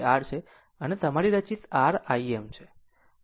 આમ આ તે R છે આ તમારી રચિત R Im છે આ કહે છે ω L Im